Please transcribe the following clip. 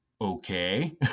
okay